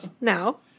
now